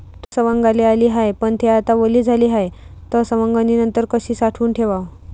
तूर सवंगाले आली हाये, पन थे आता वली झाली हाये, त सवंगनीनंतर कशी साठवून ठेवाव?